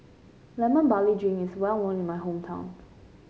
Lemon Barley Drink is well in my hometown